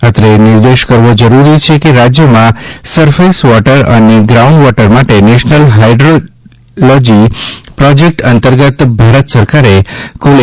અત્રે એ નિર્દેશ કરવો રૂરી છે કે રાજ્યમાં સરફેસ વોટર અને ગ્રાઉન્ડ વોટર માટે નેશનલ હાઇડ્રીલોજી પ્રોજેકટ અંતર્ગત ભારત સરકારે કુલ રૂ